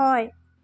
হয়